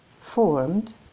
formed